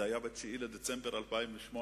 זה היה ב-9 בדצמבר 2008,